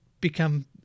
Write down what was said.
become